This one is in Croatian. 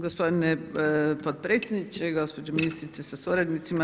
Gospodine potpredsjedniče, gospođo ministrice sasuradnicima.